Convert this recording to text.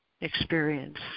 experience